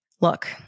Look